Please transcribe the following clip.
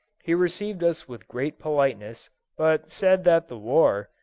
he received us with great politeness, but said that the war,